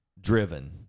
driven